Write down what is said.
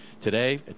today